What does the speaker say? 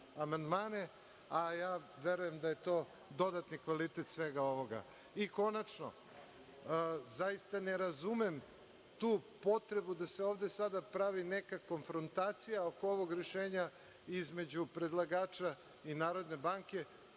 a ja verujem da je to dodatni kvalitet svega ovoga. Konačno, zaista ne razumem tu potrebu da se ovde sada pravi neka konfrontacija oko ovog rešenja između predlagača i Narodne banke.